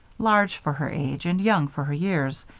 large for her age and young for her years,